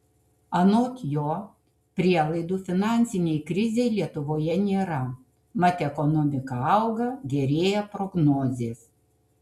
anot jo prielaidų finansinei krizei lietuvoje nėra mat ekonomika auga gerėja prognozės